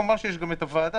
כמובן שיש גם את הוועדה,